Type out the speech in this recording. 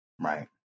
Right